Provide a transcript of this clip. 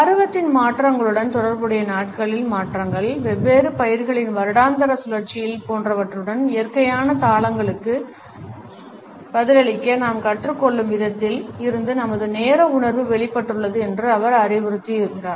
பருவத்தின் மாற்றங்களுடன் தொடர்புடைய நாட்களின் மாற்றங்கள் வெவ்வேறு பயிர்களின் வருடாந்திர சுழற்சிகள் போன்றவற்றுடன் இயற்கையான தாளங்களுக்கு பதிலளிக்க நாம் கற்றுக் கொள்ளும் விதத்தில் இருந்து நமது நேர உணர்வு வெளிப்பட்டுள்ளது என்று அவர் அறிவுறுத்துகிறார்